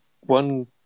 one